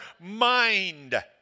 mind